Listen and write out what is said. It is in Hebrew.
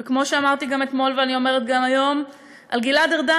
וכמו שאמרתי גם אתמול ואני אומרת גם היום על גלעד ארדן,